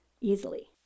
easily